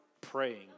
praying